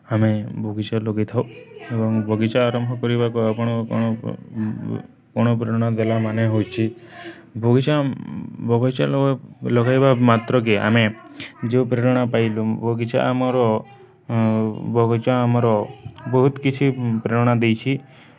ଆମେ ବଗିଚା ଲଗେଇଥାଉ ଏବଂ ବଗିଚା ଆରମ୍ଭ କରିବାକୁ ଆପଣ କ'ଣ ପ୍ରେରଣା ଦେଲା ମାନ ହୋଇଉଚ ବଗିଚା ବଗିଚା ଲଗାଇବା ମାତ୍ରକେ ଆମେ ଯେଉଁ ପ୍ରେରଣା ପାଇଲୁ ବଗିଚା ଆମର ବଗିଚା ଆମର ବହୁତ କିଛି ପ୍ରେରଣା ଦେଇଛି